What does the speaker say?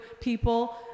people